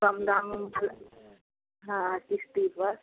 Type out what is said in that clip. कम दाम वाला हाँ किश्त पर